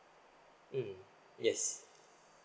mm yes